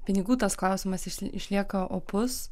pinigų tas klausimas išlieka opus